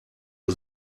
nur